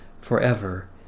forever